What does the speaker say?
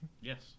Yes